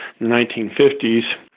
1950s